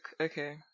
okay